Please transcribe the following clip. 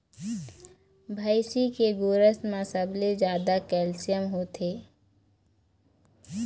भइसी के गोरस म सबले जादा कैल्सियम होथे